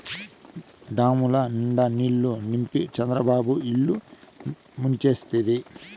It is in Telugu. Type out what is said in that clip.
డాముల నిండా నీళ్ళు నింపి చంద్రబాబు ఇల్లు ముంచేస్తిరి